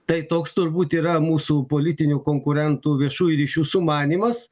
tai toks turbūt yra mūsų politinių konkurentų viešųjų ryšių sumanymas